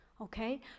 okay